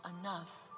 enough